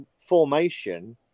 formation